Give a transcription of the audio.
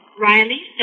Riley